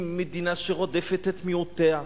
היא מדינה שרודפת את מיעוטיה,